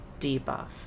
debuff